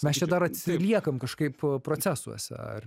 mes čia dar atsiliekam kažkaip procesuose ar